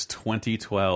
2012